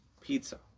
pizza